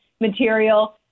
material